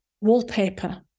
wallpaper